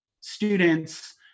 students